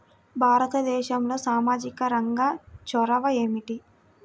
భారతదేశంలో సామాజిక రంగ చొరవ ఏమిటి?